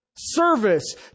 Service